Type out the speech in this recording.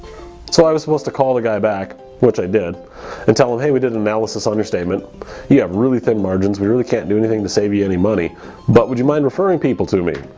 so i was supposed to call the guy back what i did and tell them hey we did analysis understatement you have really thin margins we really can't do anything to save you any money but would you mind referring people to me?